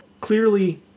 clearly